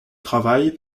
travail